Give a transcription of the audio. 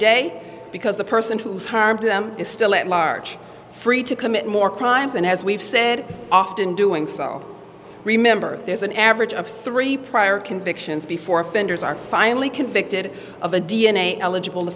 day because the person who's harmed them is still at large free to commit more crimes and as we've said often doing so remember there's an average of three prior convictions before offenders are finally convicted of a d n a eligible